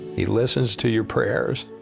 he listens to your prayers.